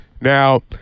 Now